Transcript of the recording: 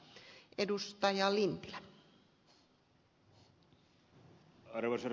arvoisa rouva puhemies